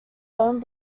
own